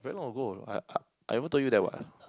very long ago I are I've told you that what